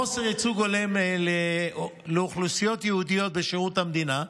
חוסר ייצוג הולם לאוכלוסיות ייעודיות בשירות המדינה,